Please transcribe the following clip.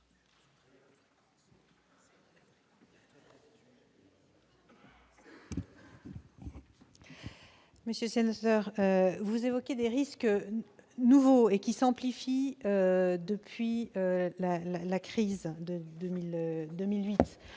Monsieur le sénateur, vous évoquez des risques nouveaux qui s'amplifieraient depuis la crise de 2008.